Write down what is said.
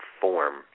form